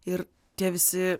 ir tie visi